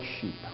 sheep